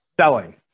selling